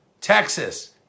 Texas